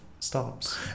stops